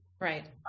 Right